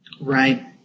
Right